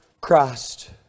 Christ